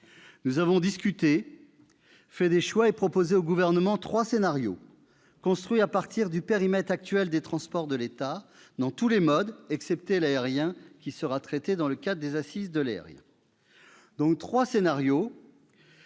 Nous avons discuté, fait des choix et proposé au Gouvernement trois scénarios, construits à partir du périmètre actuel des transports de l'État, dans tous les modes, excepté l'aérien qui sera traité dans le cadre des Assises de l'aérien. Trois scénarios